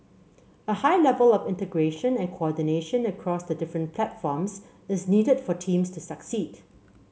a high level of integration and coordination across the different platforms is needed for teams to succeed